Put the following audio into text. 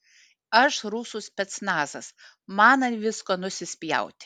aš rusų specnazas man ant visko nusispjauti